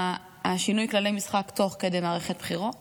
משינוי כללי המשחק תוך כדי מערכת בחירות